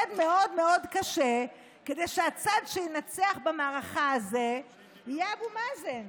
ועובד מאוד מאוד קשה כדי שהצד שינצח במערכה הזו יהיה אבו מאזן.